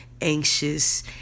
anxious